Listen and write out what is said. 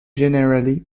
generally